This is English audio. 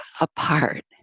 apart